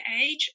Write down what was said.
age